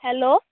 hello